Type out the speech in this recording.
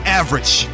average